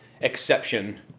exception